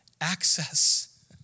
access